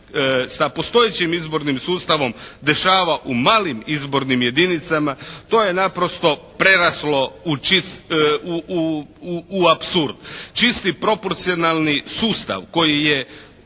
sa postojećim izbornim sustavom dešava u malim izbornim jedinicama to je naprosto preraslo u apsurd, čisti proporcionalni sustav koji je